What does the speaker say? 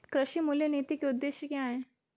कृषि मूल्य नीति के उद्देश्य क्या है?